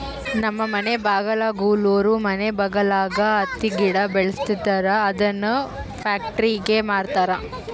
ನಮ್ಮ ಮನೆ ಬಗಲಾಗುಳೋರು ಮನೆ ಬಗಲಾಗ ಹತ್ತಿ ಗಿಡ ಬೆಳುಸ್ತದರ ಅದುನ್ನ ಪ್ಯಾಕ್ಟರಿಗೆ ಮಾರ್ತಾರ